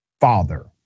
father